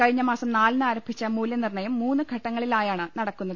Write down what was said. കഴിഞ്ഞ മാസം നാലിന് ആരംഭിച്ച മൂല്യനിർണയം മൂന്ന് ഘട്ടങ്ങളി ലായാണ് നടക്കുന്നത്